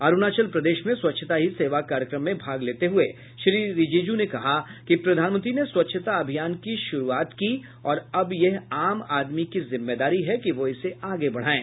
अरूणाचल प्रदेश में स्वच्छता ही सेवा कार्यक्रम में भाग लेते हुये श्री रिजिजू ने कहा कि प्रधानमंत्री ने स्वच्छता अभियान की शुरूआत की और अब यह आम आदमी की जिम्मेदारी है कि वह इसे आगे बढ़ाये